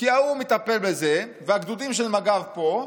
כי ההוא מטפל בזה והגדודים של מג"ב פה,